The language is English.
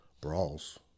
brawls